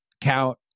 count